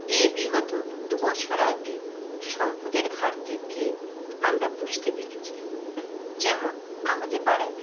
এই বিগত দুবছর আগে সম্পদের ঘাটতি কী আমরা বুঝতে পেরেছি যেমন আমাদের পাড়ায়